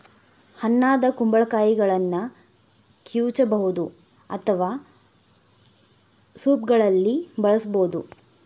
ಹಣ್ಣಾದ ಕುಂಬಳಕಾಯಿಗಳನ್ನ ಕಿವುಚಬಹುದು ಅಥವಾ ಸೂಪ್ಗಳಲ್ಲಿ ಬಳಸಬೋದು